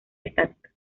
estática